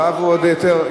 הרב הוא עוד יותר,